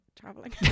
traveling